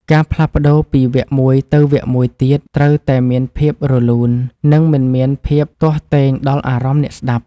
ការផ្លាស់ប្តូរពីវគ្គមួយទៅវគ្គមួយទៀតត្រូវតែមានភាពរលូន និង មិនមានភាពទាស់ទែងដល់អារម្មណ៍អ្នកស្ដាប់។